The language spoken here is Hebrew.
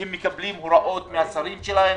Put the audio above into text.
כי הם מקבלים הוראות מהשרים שלהם.